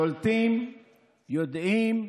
שולטים, יודעים,